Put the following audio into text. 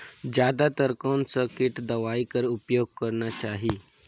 जादा तर कोन स किट दवाई कर प्रयोग करना चाही?